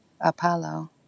Apollo